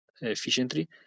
efficiently